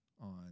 on